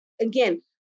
again